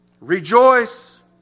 Rejoice